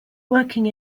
working